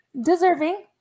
Deserving